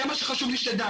זה מה שחשוב לי שתדע.